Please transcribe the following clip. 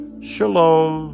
Shalom